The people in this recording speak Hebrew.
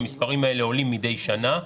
המספרים האלה עולים מדי שנה.